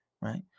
right